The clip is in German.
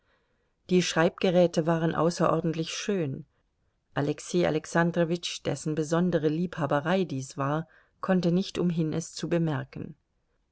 die schreibgeräte waren außerordentlich schön alexei alexandrowitsch dessen besondere liebhaberei dies war konnte nicht umhin es zu bemerken